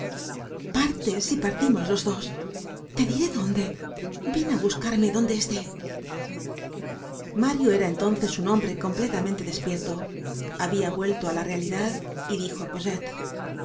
parte si partimos los dos te diré dónde ven á buscarme donde esté mario era entonces un hombre completamente despierto habia vuelto á la realidad y dijo